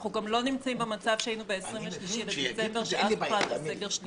אנחנו גם לא נמצאים במצב שהיינו ב-23 בדצמבר --- סגר שלישי.